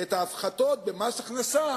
את ההפחתות במס הכנסה